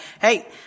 hey